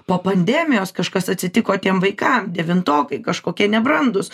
po pandemijos kažkas atsitiko tiem vaikam devintokai kažkokie nebrandūs